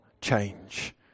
change